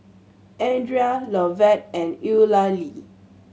Andria Lovett and Eulalie